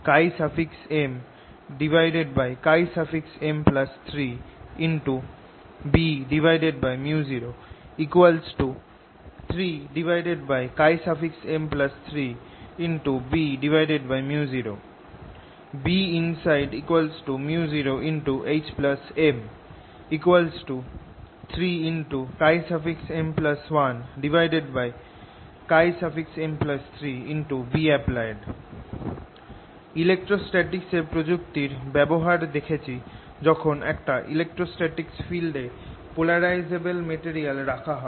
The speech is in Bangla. HBµ0 MM3Bµ0 3M3Bµ0 Binside µ0HM 3M1M3Bapplied electrostatics এর প্রযুক্তির ব্যবহার দেখেছি যখন একটা ইলেকট্রস্ট্যাটিক ফিল্ড এ পোলারাইজেবল মেটেরিয়াল রাখা হয়